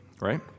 right